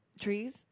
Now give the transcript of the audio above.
Trees